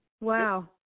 Wow